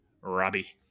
robbie